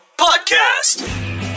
Podcast